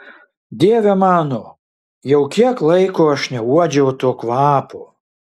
dieve mano jau kiek laiko aš neuodžiau to kvapo